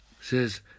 says